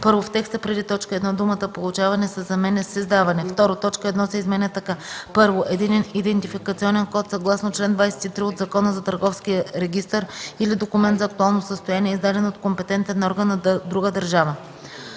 1. В текста преди т. 1 думата „получаване” се заменя с „издаване”. 2. Точка 1 се изменя така: „1. единен идентификационен код съгласно чл. 23 от Закона за Търговския регистър или документ за актуално състояние, издаден от компетентен орган на друга държава;”.